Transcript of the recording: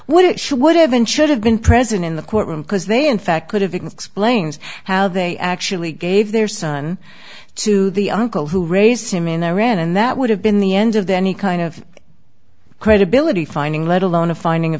what it would have been should have been present in the courtroom because they in fact could have explains how they actually gave their son to the uncle who raised him in iran and that would have been the end of the any kind of credibility finding let alone a finding